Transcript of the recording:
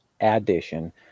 addition